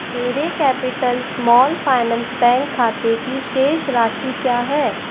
मेरे capital small finance bank खाते की शेष राशि क्या है